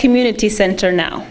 community center now